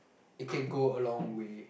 it can go a long way